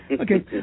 Okay